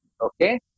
okay